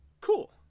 Cool